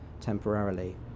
temporarily